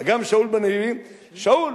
הגם שאול בנביאים, שאול.